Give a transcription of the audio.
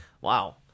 Wow